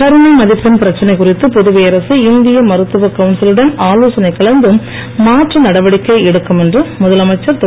கருணை மதிப்பெண் பிரச்சனை குறித்து புதுவை அரசு இந்திய மருத்துவ கவுன்சிலுடன் ஆலோசனை கலந்து மாற்று நடவடிக்கை எடுக்கப்படும் என்று முதலமைச்சர் திரு